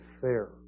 fair